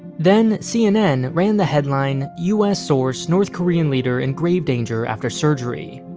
then, cnn ran the headline u s. source north korean leader in grave danger after surgery,